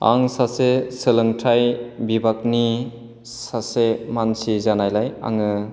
आं सासे सोलोंथाइ बिभागनि सासे मानसि जानायलाय आङो